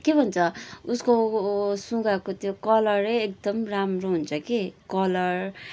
के भन्छ उसको सुगाको त्यो कलरै एकदम राम्रो हुन्छ कि कलर